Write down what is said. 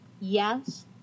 yes